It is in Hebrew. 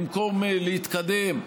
במקום להתקדם,